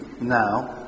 now